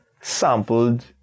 sampled